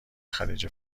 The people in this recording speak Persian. خلیج